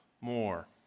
more